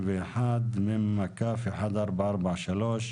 התשפ"א-2021 (מ/1443),